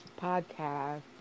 podcast